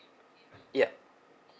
ya